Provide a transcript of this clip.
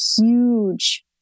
huge